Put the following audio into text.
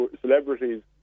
celebrities